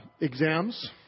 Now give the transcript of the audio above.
exams